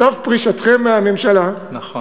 על סף פרישתכם מהממשלה, נכון.